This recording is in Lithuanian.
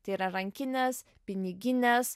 tai yra rankinės piniginės